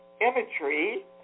imagery